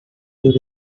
your